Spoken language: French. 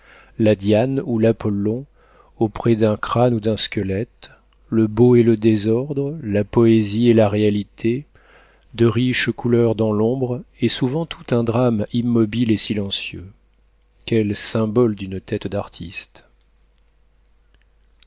la diane ou l'apollon auprès d'un crâne ou d'un squelette le beau et le désordre la poésie et la réalité de riches couleurs dans l'ombre et souvent tout un drame immobile et silencieux quel symbole d'une tête d'artiste